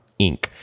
Inc